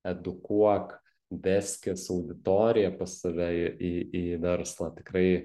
edukuok veskis auditoriją pas save į į į verslą tikrai